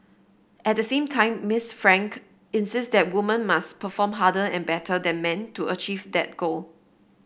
at the same time Miss Frank insist that woman must perform harder and better than men to achieve that goal